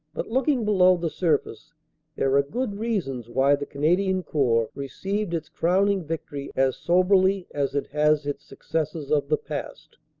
but looking below the surface there are good reasons why the canadian corps received its crowning victory as soberly as it has its successes of the past.